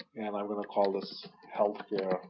and i will call this healthcare